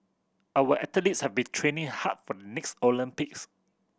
our athletes have been training hard for the next Olympics